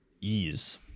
ease